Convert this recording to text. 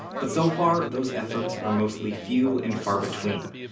but so far, those efforts are mostly few and far between,